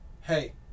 hey